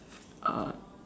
uh